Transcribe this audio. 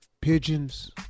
pigeons